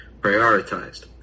prioritized